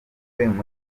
zikunzwe